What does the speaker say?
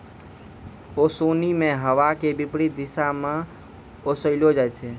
ओसोनि मे हवा के विपरीत दिशा म ओसैलो जाय छै